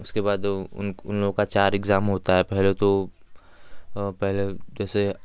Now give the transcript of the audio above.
उसके बाद उन उन लोगों का चार इग्ज़ाम होता है पहले तो पहले जैसे